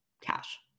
cash